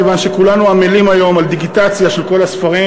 כיוון שכולנו עמלים היום על דיגיטציה של כל הספרים,